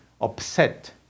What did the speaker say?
upset